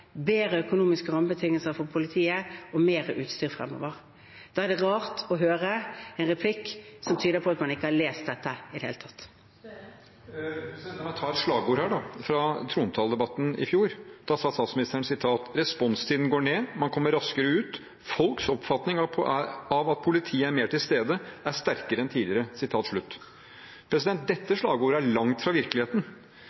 bedre økonomiske rammebetingelser for politiet og mer utstyr fremover. Da er det rart å høre en replikk som tyder på at man ikke har lest dette i det hele tatt. La meg da ta et slagord fra trontaledebatten i fjor. Da sa statsministeren: «Responstiden går ned, man kommer raskere ut. Folks oppfatning av at politiet er mer til stede, er sterkere enn tidligere.»